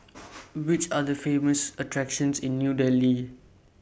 Which Are The Famous attractions in New Delhi